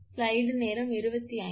எனவே இது சமன்பாடு ஒன்று